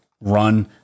run